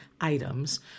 items